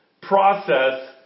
process